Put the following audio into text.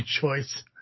choice